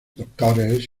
doctores